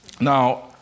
Now